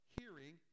Hearing